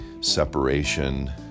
separation